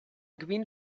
green